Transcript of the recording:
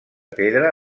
pedra